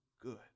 good